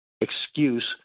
excuse